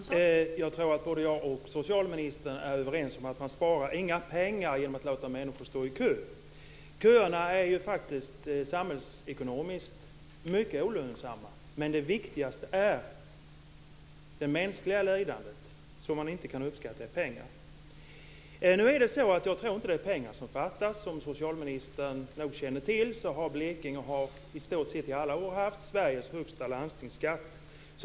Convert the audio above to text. Fru talman! Jag tror att jag och socialministern är överens om att man inte sparar några pengar genom att låta människor stå i kö. Köerna är samhällsekonomiskt mycket olönsamma. Men det viktigaste är det mänskliga lidandet, som man inte kan uppskatta i pengar. Ändå tror jag inte att det är pengar som fattas. Som socialministern nog känner till har Blekinge under i stort sett alla år haft Sveriges högsta landstingsskatt.